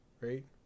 right